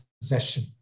possession